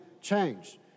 change